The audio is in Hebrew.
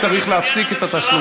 ולכן צריך להפסיק את התשלומים.